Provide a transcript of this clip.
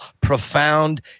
profound